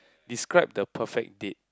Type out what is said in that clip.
describe the perfect date